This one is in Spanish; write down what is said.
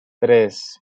tres